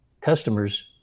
customers